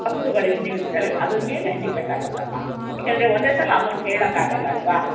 ವಸ್ತುಗಳೇನು ಇರುತ್ತಲ್ಲ ಅದ್ರ ಮೇಲೆ ಡಿಪೆಂಡ್ ಆಗುತ್ತಮ್ಮ ಯಾಕಂದರೆ ಒಂದೇ ಸಲ ಅಮೌಂಟ್ ಹೇಳೋಕ್ಕಾಗಲ್ಲ ಅಲ್ಲವಾ